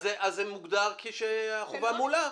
אז זה מוגדר שהחובה מולאה.